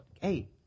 Hey